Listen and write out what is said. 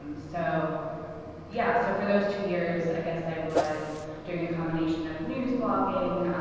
um so yeah, so for those two years i guess i was doing a combination of news blogging,